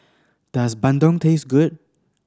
does bandung taste good